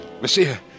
Monsieur